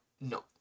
no